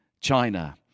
China